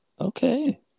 Okay